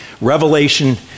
Revelation